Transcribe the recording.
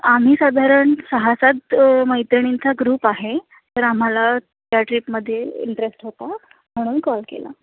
आम्ही साधारण सहा सात मैत्रिणींचा ग्रुप आहे तर आम्हाला त्या ट्रिपमध्ये इंटरेस्ट होता म्हणून कॉल केला